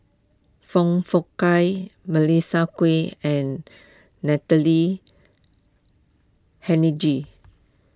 Foong Fook Kay Melissa Kwee and Natalie Hennedige